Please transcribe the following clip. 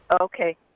okay